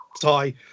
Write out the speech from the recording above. tie